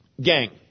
gang